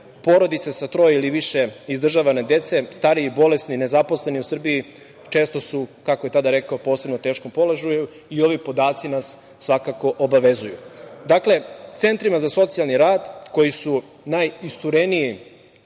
porodice sa troje ili više izdržavane dece, stariji, bolesni, nezaposleni u Srbiji, često su, kako je tada rekao, u posebno teškom položaju i ovi podaci nas svakako obavezuju. Dakle, centrima za socijalni rad koji su najisturenija